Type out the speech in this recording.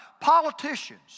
Politicians